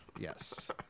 Yes